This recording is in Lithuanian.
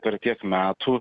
per tiek metų